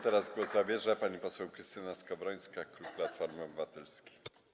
Teraz głos zabierze pani poseł Krystyna Skowrońska, klub Platforma Obywatelska.